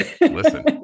listen